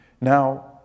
Now